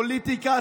פוליטיקה,